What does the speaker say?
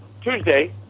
Tuesday